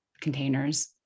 containers